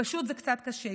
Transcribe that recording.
פשוט זה קצת קשה.